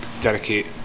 dedicate